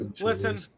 Listen